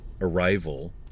arrival